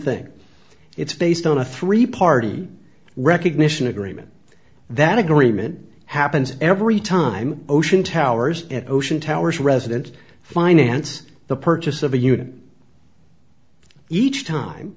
thing it's based on a three party recognition agreement that agreement happens every time ocean towers at ocean towers resident finance the purchase of a unit each time